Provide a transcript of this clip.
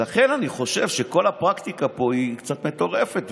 לכן אני חושב שכל הפרקטיקה פה היא קצת מטורפת.